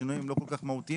השינויים לא כל כך מהותיים,